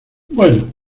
bueno